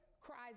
cries